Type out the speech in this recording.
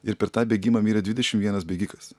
ir per tą bėgimą mirė dvidešim vienas bėgikas